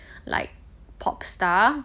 like pop star